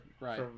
right